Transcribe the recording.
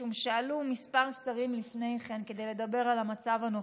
משום שעלו מספר שרים לפני כן כדי לדבר על המצב הנוכחי.